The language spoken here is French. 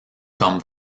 comme